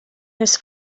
his